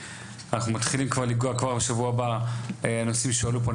אנחנו מתחילים כבר לנגוע כבר בשבוע הבא על הנושאים שעלו פה,